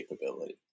capability